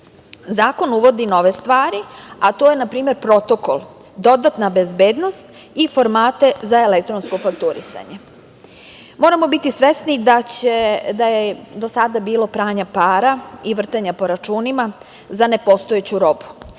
uvodi nove stvari, a to je na primer protokol, dodatna bezbednost i formate za elektronsko fakturisanje. Moramo biti svesni da je do sada bilo pranja para i vrtenja po računima za nepostojeću robu.